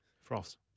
Frost